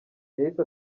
yahise